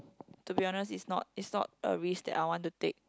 to be honest it's not it's not a risk that I want to take